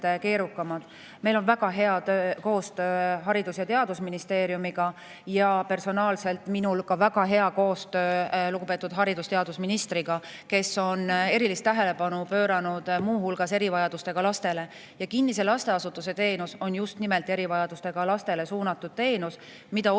Meil on väga hea koostöö Haridus- ja Teadusministeeriumiga ja personaalselt minul ka väga hea koostöö lugupeetud haridus- ja teadusministriga, kes on erilist tähelepanu pööranud muu hulgas erivajadustega lastele. Ja kinnise lasteasutuse teenus on just nimelt erivajadustega lastele suunatud teenus, mida